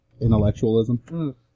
intellectualism